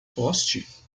poste